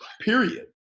period